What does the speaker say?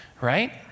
right